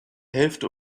hälfte